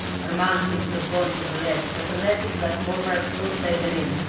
our man seems to have gone for the leads but unless he's left more marks outside than in,